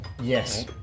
Yes